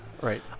Right